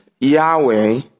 Yahweh